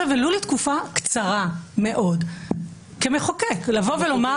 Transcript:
ולו לתקופה קצרה מאוד כמחוקק לבוא ולומר: